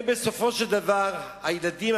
הרי בסופו של דבר הילדים,